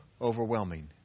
overwhelming